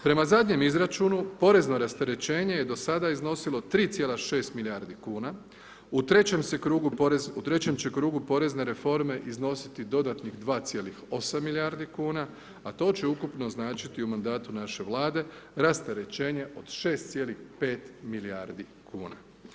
Prema zadnjem izračunu porezno rasterećenje je do sada iznosilo 3,6 milijardi kuna, u trećem će krugu porezne reforme iznositi dodatnih 2,8 milijardi kuna a to će ukupno značiti u mandatu naše Vlade rasterećenje od 6,5 milijardi kuna.